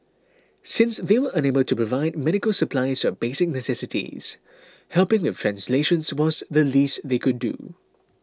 since they were unable to provide medical supplies or basic necessities helping with translations was the least they could do